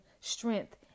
strength